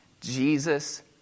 Jesus